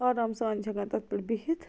آرام سان چھِ ہٮ۪کان تَتھ پٮ۪ٹھ بِیٚہتھ